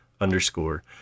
underscore